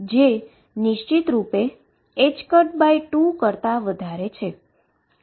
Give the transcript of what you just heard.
જે નિશ્ચિતરૂપે 2 કરતા વધારે છે